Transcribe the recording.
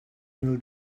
mil